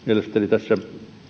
tässä